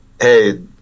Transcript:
hey